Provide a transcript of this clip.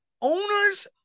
owner's